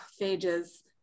phages